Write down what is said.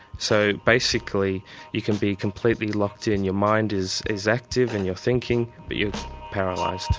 so basically you can be completely locked in, your mind is is active and your thinking, but you're paralysed.